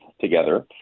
together